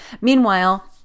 Meanwhile